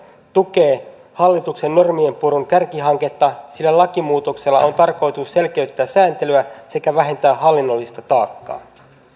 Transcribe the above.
tukee hallituksen normien purun kärkihanketta sillä lakimuutoksella on tarkoitus selkeyttää sääntelyä sekä vähentää hallinnollista taakkaa